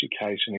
education